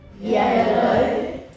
Yellow